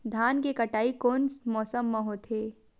धान के कटाई कोन मौसम मा होथे?